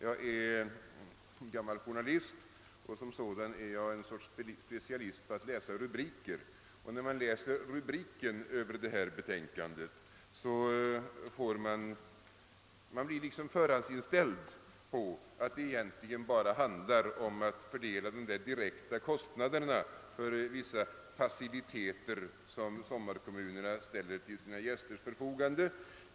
Jag är gammal journalist och är som sådan en sorts specialist på att läsa rubriker. När man läser rubriken över detta betänkande blir man liksom förhandsinställd på att det egentligen bara handlar om fördelningen av de direkta kostnaderna för vissa faciliteter som sommarkommunerna ställer till sina gästers förfogande.